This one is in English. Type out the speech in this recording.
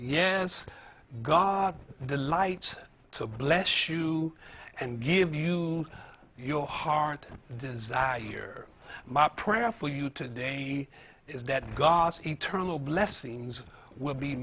yes god the light to bless shoe and give you your heart desire my prayer for you today is that god's eternal blessings will be